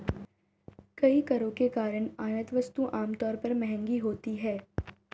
कई करों के कारण आयात वस्तुएं आमतौर पर महंगी होती हैं